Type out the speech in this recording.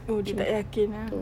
oh dia tak yakin ah